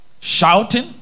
Shouting